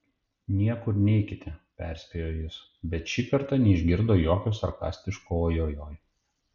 niekur neikite perspėjo jis bet šį kartą neišgirdo jokio sarkastiško ojojoi